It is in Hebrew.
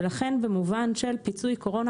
ולכן במובן של פיצוי קורונה,